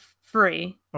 free